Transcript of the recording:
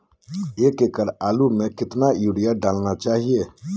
एक एकड़ आलु में कितना युरिया डालना चाहिए?